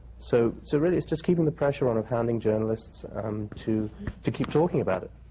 so so really, it's just keeping the pressure on of hounding journalists um to to keep talking about it,